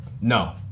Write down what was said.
No